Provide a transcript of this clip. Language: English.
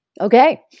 Okay